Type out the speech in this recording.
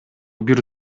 бир